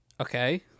Okay